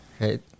right